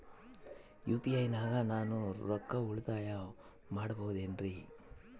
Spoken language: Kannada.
ಯು.ಪಿ.ಐ ನಾಗ ನಾನು ರೊಕ್ಕ ಉಳಿತಾಯ ಮಾಡಬಹುದೇನ್ರಿ?